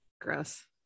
Gross